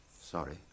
Sorry